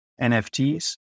NFTs